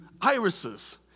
irises